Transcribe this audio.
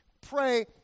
pray